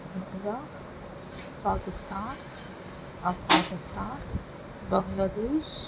India Pakistan Afghanistan بنگلہ دیش